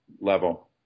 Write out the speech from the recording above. level